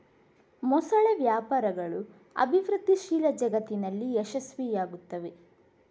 ಮೊಸಳೆ ವ್ಯಾಪಾರಗಳು ಅಭಿವೃದ್ಧಿಶೀಲ ಜಗತ್ತಿನಲ್ಲಿ ಯಶಸ್ವಿಯಾಗುತ್ತವೆ